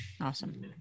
Awesome